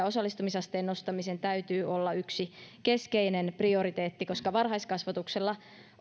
osallistumisasteen nostamisen täytyy olla yksi keskeinen prioriteetti koska varhaiskasvatuksella